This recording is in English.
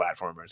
platformers